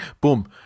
boom